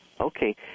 Okay